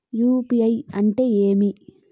UPI అంటే ఏమి?